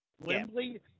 Wembley